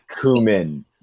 cumin